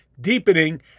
deepening